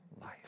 life